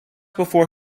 before